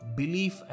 belief